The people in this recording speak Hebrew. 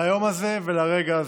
ליום הזה ולרגע הזה.